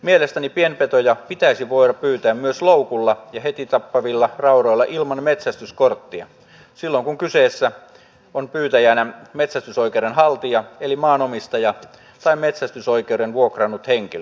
mielestäni pienpetoja pitäisi voida pyytää myös loukulla ja heti tappavilla raudoilla ilman metsästyskorttia silloin kun kyseessä on pyytäjänä metsästysoikeuden haltija eli maanomistaja tai metsästysoikeuden vuokrannut henkilö